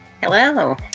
Hello